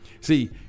See